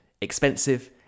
expensive